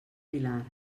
vilar